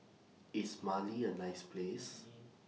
IS Mali A nice Place